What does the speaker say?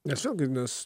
nesu grynas